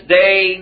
day